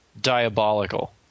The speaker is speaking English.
diabolical